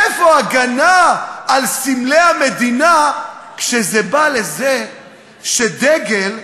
איפה ההגנה על סמלי המדינה כשזה בא לזה שדגל,